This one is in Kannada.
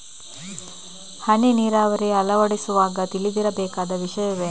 ಹನಿ ನೀರಾವರಿ ಅಳವಡಿಸುವಾಗ ತಿಳಿದಿರಬೇಕಾದ ವಿಷಯವೇನು?